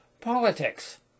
politics